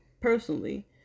personally